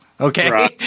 Okay